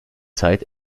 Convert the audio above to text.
zeit